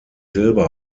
silber